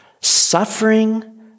suffering